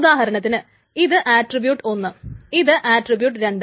ഉദാഹരണത്തിന് ഇത് ആട്രിബ്യൂട്ട് ഒന്ന് ഇത് ആട്രിബ്യൂട്ട് രണ്ട്